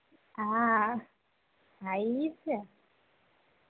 હા હા ઇ છે